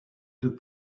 deux